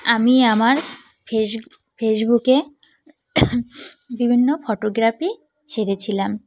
আমি আমার ফেস ফেসবুকে বিভিন্ন ফটোগ্রাফি ছেড়েছিলাম